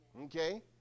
Okay